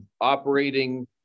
operating